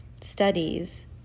studies